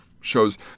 shows